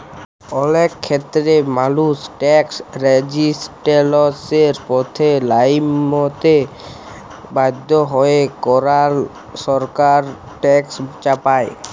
অলেক খ্যেত্রেই মালুস ট্যাকস রেজিসট্যালসের পথে লাইমতে বাধ্য হ্যয় কারল সরকার ট্যাকস চাপায়